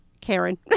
Karen